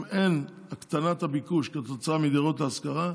אם אין הקטנת ביקוש כתוצאה מדירות להשכרה,